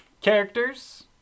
characters